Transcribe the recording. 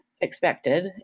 expected